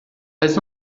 mas